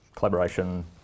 Collaboration